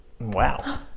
Wow